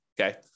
okay